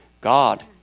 God